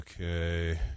Okay